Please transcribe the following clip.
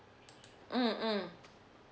mmhmm